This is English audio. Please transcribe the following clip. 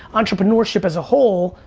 entrepreneurship as a whole,